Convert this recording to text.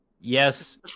yes